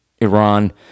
Iran